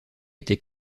été